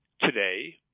today